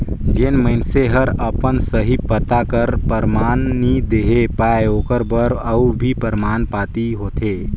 जेन मइनसे हर अपन सही पता कर परमान नी देहे पाए ओकर बर अउ भी परमान पाती होथे